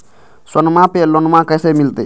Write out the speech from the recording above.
सोनमा पे लोनमा कैसे मिलते?